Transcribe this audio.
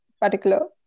particular